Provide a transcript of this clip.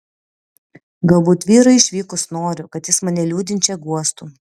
galbūt vyrui išvykus noriu kad jis mane liūdinčią guostų